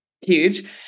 huge